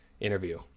interview